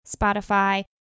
Spotify